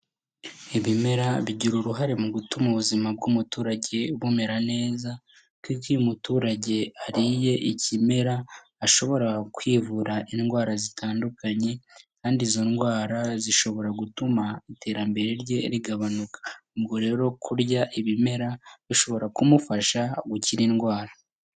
Ibimera bigira uruhare mu gutuma ubuzima bw'umuturage bumera neza kuko iyo umuturage ariye ikimera ashobora kwivura indwara zitandukanye kandi izo ndwara zishobora gutuma iterambere rye rigabanuka. Ubwo rero kurya ibimera bishobora kumufasha gukira indwara.